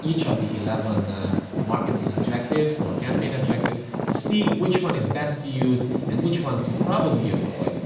each of the eleven marketing objectives or campaign objectives to see which one is best to use and which one to probably avoid.